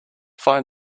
find